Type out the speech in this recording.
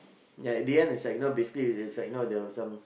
ya the end is like basically there was some